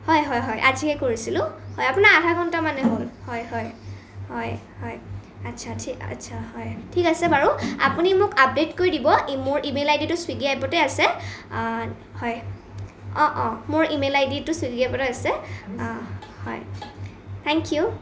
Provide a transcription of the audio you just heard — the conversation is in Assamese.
হয় হয় হয় আজিয়ে কৰিছিলোঁ হয় আপোনাৰ আধা ঘন্টা মানে হ'ল হয় হয় হয় হয় আচ্ছা ঠিক আচ্ছা হয় ঠিক আছে বাৰু আপুনি মোক আপডে'ট কৰি দিব মোৰ ইমেইল আইদিতো চুইগি এপতে আছে হয় অঁ অঁ মোৰ ইমেইল আইদিটো চুইগি এপতে আছে হয় থেংক ইউ